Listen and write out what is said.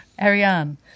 Ariane